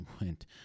went